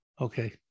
Okay